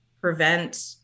prevent